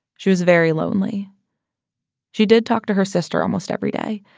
she was very lonely she did talk to her sister almost every day.